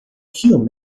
hume